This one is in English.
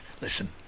listen